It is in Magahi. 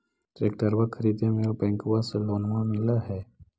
ट्रैक्टरबा खरीदे मे बैंकबा से लोंबा मिल है?